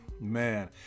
man